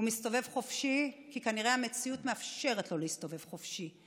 הוא מסתובב חופשי כי כנראה המציאות מאפשרת לו להסתובב חופשי,